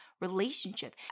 relationship